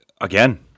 again